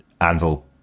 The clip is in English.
Anvil